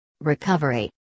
Recovery